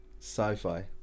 Sci-fi